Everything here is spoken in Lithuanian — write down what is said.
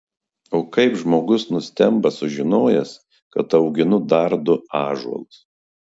o kaip žmogus nustemba sužinojęs kad auginu dar du ąžuolus